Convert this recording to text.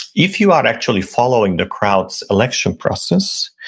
if you are actually following the crowds election process,